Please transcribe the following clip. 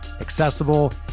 accessible